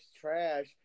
trash